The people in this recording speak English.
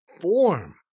form